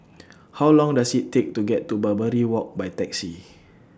How Long Does IT Take to get to Barbary Walk By Taxi